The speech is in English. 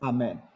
Amen